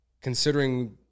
considering